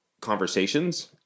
conversations